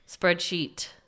spreadsheet-